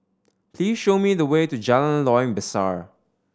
please show me the way to Jalan Loyang Besar